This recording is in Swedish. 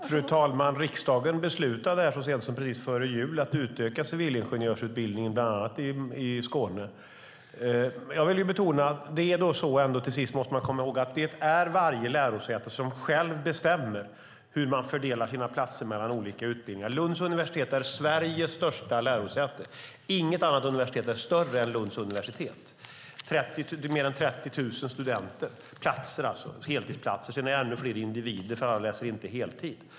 Fru talman! Riksdagen beslutade så sent som strax före jul att utöka civilingenjörsutbildningen, bland annat i Skåne. Jag vill betona att det är varje lärosäte som självt bestämmer hur man fördelar sina platser mellan olika utbildningar. Lunds universitet är Sveriges största lärosäte. Inget annat universitet är större än Lunds universitet med fler än 30 000 heltidsplatser; sedan är det ännu fler individer, för alla läser inte heltid.